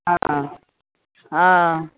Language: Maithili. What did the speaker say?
हँ हँ